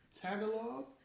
Tagalog